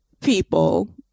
people